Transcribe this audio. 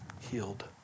healed